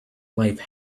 life